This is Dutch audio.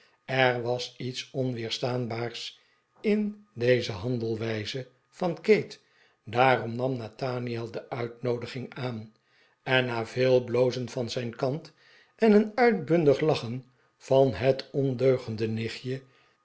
er was iets onweerstaanbaars in deze handelwijze van kate daarom nam nathaniel de uitnoodiging aan en na veel blozen van zijn kant en een uitbundig lachen van het ondeugende nichtje